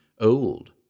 old